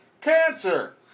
cancer